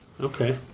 Okay